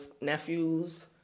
nephews